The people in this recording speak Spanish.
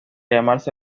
llamarse